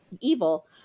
evil